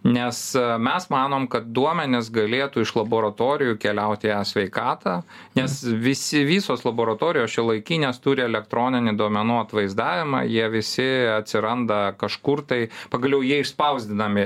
nes mes manom kad duomenis galėtų iš laboratorijų keliaut į e sveikatą nes visi visos laboratorijos šiuolaikinės turi elektroninį duomenų atvaizdavimą jie visi atsiranda kažkur tai pagaliau jie išspausdinami